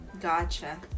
Gotcha